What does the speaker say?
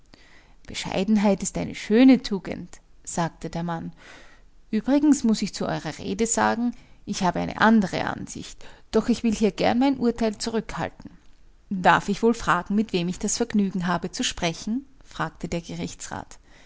bescheidenheit ist eine schöne tugend sagte der mann übrigens muß ich zu eurer rede sagen ich habe eine andere ansicht doch will ich hier gern mein urteil zurückhalten darf ich wohl fragen mit wem ich das vergnügen habe zu sprechen fragte der